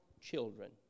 Children